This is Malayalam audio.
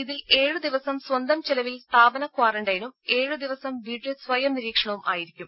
ഇതിൽ ഏഴ് ദിവസം സ്വന്തം ചെലവിൽ സ്ഥാപന ക്വാറന്റൈനും ഏഴ് ദിവസം വീട്ടിൽ സ്വയം നിരീക്ഷണവും ആയിരിക്കും